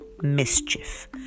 Mischief